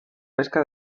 pesca